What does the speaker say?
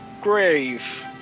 grave